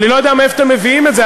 אני לא יודע מאיפה אתם מביאים את זה.